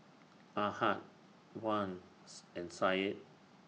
Ahad Wan's and Said